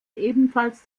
ebenfalls